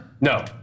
No